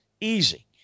easy